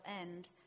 end